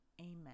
Amen